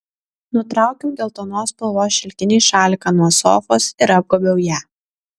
nutraukiau geltonos spalvos šilkinį šaliką nuo sofos ir apgobiau ją